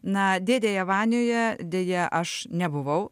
na dėdėje vanioje deja aš nebuvau